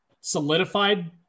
solidified